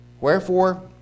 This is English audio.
Wherefore